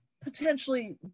potentially